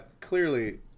clearly